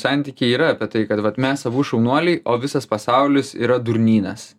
santykiai yra apie tai kad vat mes abu šaunuoliai o visas pasaulis yra durnynas